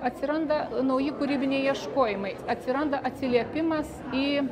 atsiranda nauji kūrybiniai ieškojimai atsiranda atsiliepimas į